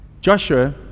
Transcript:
Joshua